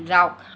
যাওক